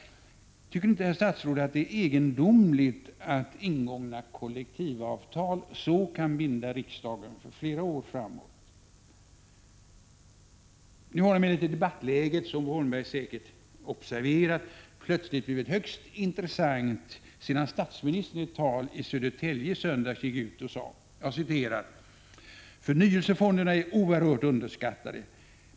Tycker inte herr statsrådet att det är egendomligt att ingångna kollektivavtal så kan binda riksdagen för flera år framöver? Nu har emellertid debattläget, som Bo Holmberg säkert observerat, plötsligt blivit högst intressant sedan statsministern i ett tal i Södertälje i söndags gick ut och sade: Förnyelsefonderna är oerhört underskattade.